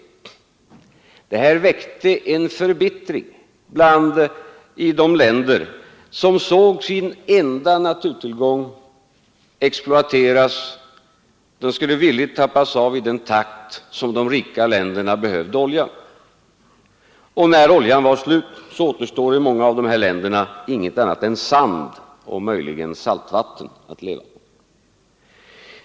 Detta väckte en förbittring i de länder, som såg sin enda naturtillgång exploateras. Den skulle villigt tappas av i den takt som de rika länderna behövde olja. När oljan tar slut återstår i många av dessa länder ingenting annat än sand och möjligen saltvatten att leva på.